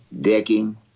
Decking